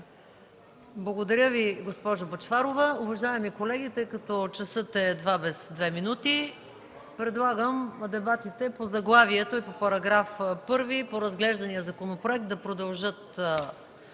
Благодаря Ви, госпожо Бъчварова. Уважаеми колеги, тъй като часът е 13,58 ч., предлагам дебатите по заглавието и по § 1, и по разглеждания законопроект да продължат